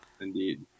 Indeed